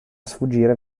sfuggire